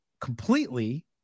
completely